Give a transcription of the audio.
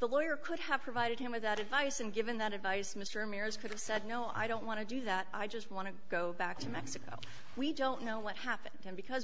the lawyer could have provided him with that advice and given that advice mr ramirez could have said no i don't want to do that i just want to go back to mexico we don't know what happened then because